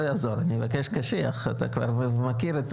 לא יעזור, אני אבקש קשיח, אתה כבר מכיר.